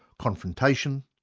confrontation,